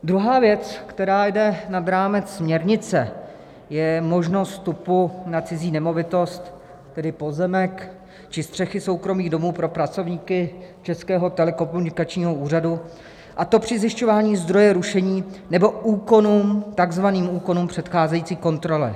Druhá věc, která jde nad rámec směrnice, je možnost vstupu na cizí nemovitost, tedy pozemek či střechy soukromých domů, pro pracovníky Českého telekomunikačního úřadu, a to při zjišťování zdroje rušení nebo k úkonům, takzvaným úkonům, předcházejícím kontrole.